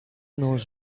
knows